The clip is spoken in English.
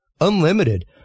unlimited